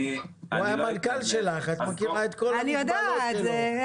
הוא היה המנכ"ל שלך, את יודעת את כל היתרונות שלו.